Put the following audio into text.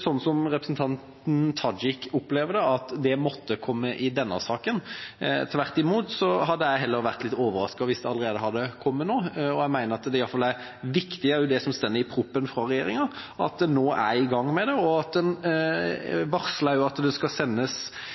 som representanten Tajik opplever det, at det måtte komme i denne saken. Tvert imot hadde jeg heller vært litt overrasket hvis det hadde kommet allerede nå. Jeg mener i hvert fall at det som står i proposisjonen fra regjeringen, er viktig, at en nå er i gang med det, at en varsler at det skal sendes